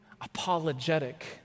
apologetic